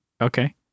Okay